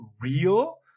real